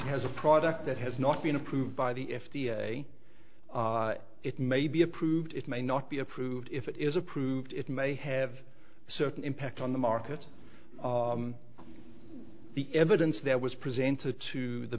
has a product that has not been approved by the f d a it may be approved it may not be approved if it is approved it may have a certain impact on the market the evidence that was presented to the